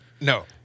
No